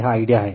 यह आईडिया हैं